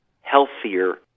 healthier